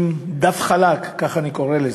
כדף חלק, כך אני קורא לזה,